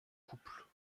couples